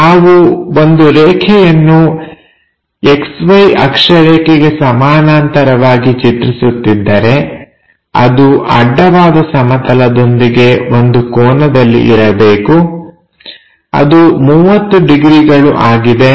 ನಾವು ಒಂದು ರೇಖೆಯನ್ನು XY ಅಕ್ಷ ರೇಖೆಗೆ ಸಮಾನಾಂತರವಾಗಿ ರಚಿಸುತ್ತಿದ್ದರೆ ಅದು ಅಡ್ಡವಾದ ಸಮತಲ ದೊಂದಿಗೆ ಒಂದು ಕೋನದಲ್ಲಿ ಇರಬೇಕು ಅದು 30 ಡಿಗ್ರಿಗಳು ಆಗಿದೆ